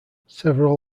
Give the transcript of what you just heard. several